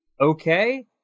okay